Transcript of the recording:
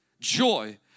Joy